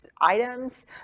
Items